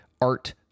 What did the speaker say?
art